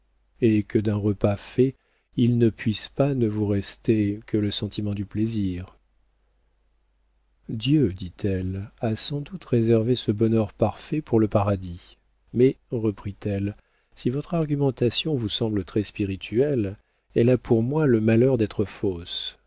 et que d'un repas fait il ne puisse pas ne vous rester que le sentiment du plaisir dieu dit-elle a sans doute réservé ce bonheur parfait pour le paradis mais reprit-elle si votre argumentation vous semble très spirituelle elle a pour moi le malheur d'être fausse